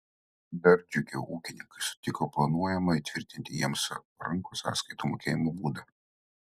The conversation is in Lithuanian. dar džiugiau ūkininkai sutiko planuojamą įtvirtinti jiems parankų sąskaitų mokėjimo būdą